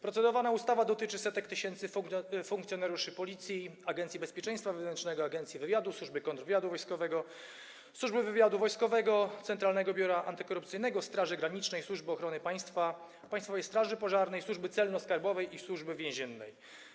Procedowana ustawa dotyczy setek tysięcy funkcjonariuszy Policji, Agencji Bezpieczeństwa Wewnętrznego, Agencji Wywiadu, Służby Kontrwywiadu Wojskowego, Służby Wywiadu Wojskowego, Centralnego Biura Antykorupcyjnego, Straży Granicznej, Służby Ochrony Państwa, Państwowej Straży Pożarnej, Służby Celno-Skarbowej i Służby Więziennej.